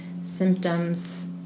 symptoms